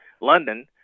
London